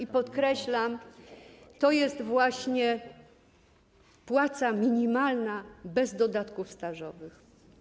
I podkreślam: to jest właśnie płaca minimalna bez dodatków stażowych.